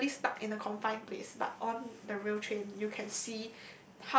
similarly stuck in a confine place but on the rail train you can see